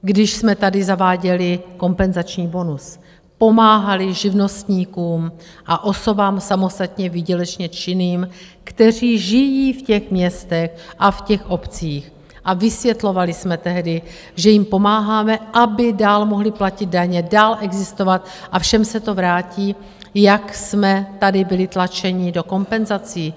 Když jsme tady zaváděli kompenzační bonus, pomáhali živnostníkům a osobám samostatně výdělečně činným, kteří žijí v městech a v obcích, a vysvětlovali jsme tehdy, že jim pomáháme, aby dál mohli platit daně, dál existovat, a všem se to vrátí, jak jsme tady byli tlačeni do kompenzací.